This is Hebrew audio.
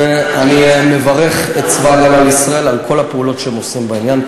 ואני מברך את צבא הגנה לישראל על כל הפעולות שהם עושים בעניין.